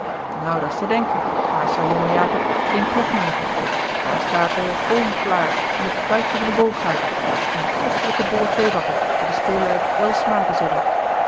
nou dat's te denken aers zou jonge jacob geen pret maken daar staat eêle room klaar en het puikje van den boogaard en kostelijke bolle tweebacken die de steêllui wel smaken zullen